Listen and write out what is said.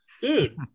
Dude